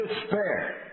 despair